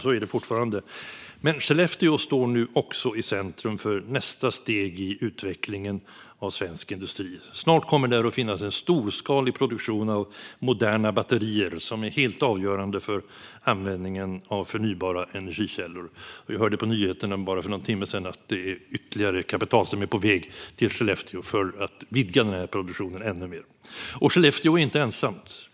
Så är det fortfarande, men Skellefteå står nu också i centrum för nästa steg i utvecklingen av svensk industri. Snart kommer där att finnas en storskalig produktion av moderna batterier som är helt avgörande för användningen av förnybara energikällor. Vi kunde höra på nyheterna för bara någon timme sedan att ytterligare kapital är på väg till Skellefteå för att vidga produktionen ännu mer. Men Skellefteå är inte ensamt.